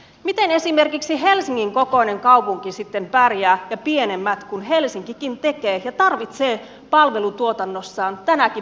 miten esimerkiksi helsingin kokoinen kaupunki sitten pärjää ja pienemmät kun helsinkikin tekee ja tarvitsee palvelutuotannossaan tänäkin päivänä yhteistyötä